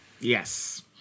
Yes